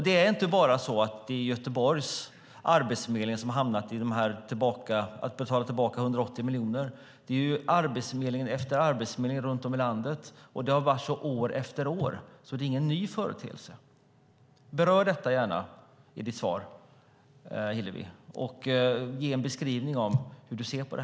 Det är inte bara Göteborgs arbetsförmedling som har hamnat i att betala tillbaka 180 miljoner, utan det är arbetsförmedling efter arbetsförmedling runt om i landet. Och det har varit så år efter år, så det är ingen ny företeelse. Berör gärna detta i ditt svar, Hillevi, och ge en beskrivning av hur du ser på det!